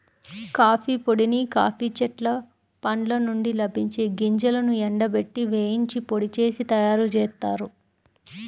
coffee పొడిని coffee చెట్ల పండ్ల నుండి లభించే గింజలను ఎండబెట్టి, వేయించి పొడి చేసి తయ్యారుజేత్తారు